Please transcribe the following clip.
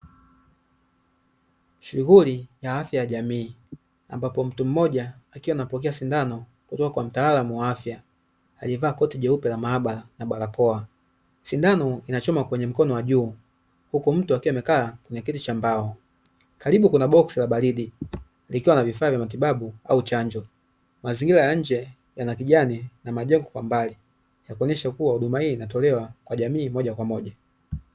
Shughuli ya afya ya jamii ambapo mtu mmoja akiwa anapokea sindano kutoka kwa mtaalamu wa afya aliyevaa koti jeupe la maabara na barakoa, sindano inachoma kwenye mkono wa juu huko mtu akiwa amekaa kwenye kiti cha mbao, karibu kuna boksi la baridi likiwa na vifaa vya matibabu au chanjo. Mazingira ya nje yana kijani na majengo kwa mbali na kuonyesha kuwa huduma hii inatolewa kwa jamii moja kwa moja.